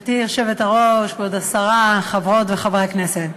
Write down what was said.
גברתי היושבת-ראש, כבוד השרה, חברות וחברי הכנסת,